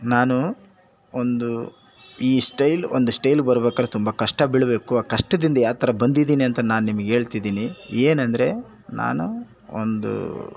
ನಾನು ಒಂದು ಈ ಸ್ಟೈಲ್ ಒಂದು ಸ್ಟೈಲ್ ಬರ್ಬೇಕಾದ್ರೆ ತುಂಬ ಕಷ್ಟ ಬೀಳಬೇಕು ಆ ಕಷ್ಟದಿಂದ ಯಾವ ಥರ ಬಂದಿದ್ದೀನಿ ಅಂತ ನಾನು ನಿಮಗೆ ಹೇಳ್ತಿದ್ದೀನಿ ಏನೆಂದ್ರೆ ನಾನು ಒಂದು